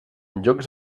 llocs